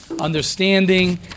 understanding